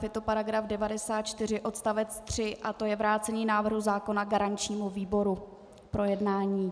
Je to § 94 odst. 3 vrácení návrhu zákona garančnímu výboru k projednání.